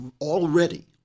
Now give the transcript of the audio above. already